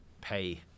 pay